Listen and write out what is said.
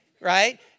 right